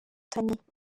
by’inkotanyi